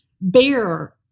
bear